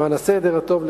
למען הסדר הטוב,